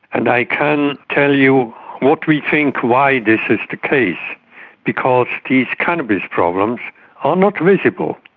and i can tell you what we think why this is the case because these cannabis problems are not visible.